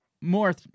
more